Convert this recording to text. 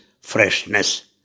freshness